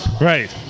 right